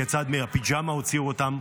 כיצד מהפיג'מה הוציאו אותם,